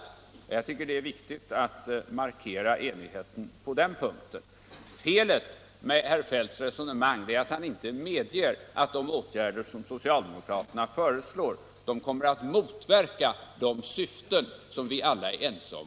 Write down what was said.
Jag tycker att det är riktigt att markera enigheten på den punkten. Felet med herr Feldts resonemang är att han inte medger att de åtgärder som socialdemokraterna föreslår kommer att motverka de syften som vi alla är ense om.